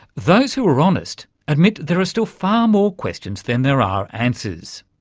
those who are honest admit there are still far more questions than there are answers.